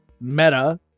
Meta